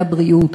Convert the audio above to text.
בביטוחי הבריאות,